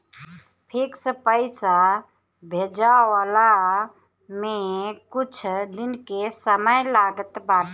fix पईसा भेजाववला में कुछ दिन के समय लागत बाटे